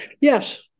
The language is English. Yes